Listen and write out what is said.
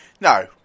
No